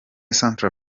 central